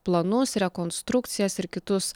planus rekonstrukcijas ir kitus